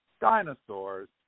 Dinosaurs